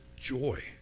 joy